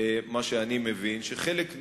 אי-אפשר כך.